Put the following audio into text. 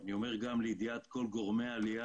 אני אומר גם לידיעת כל גורמי העלייה